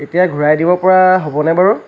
এতিয়া ঘূৰাই দিব পৰা হ'বনে বাৰু